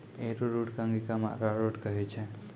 arrowroot कॅ अंगिका मॅ अरारोट कहै छै